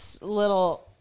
little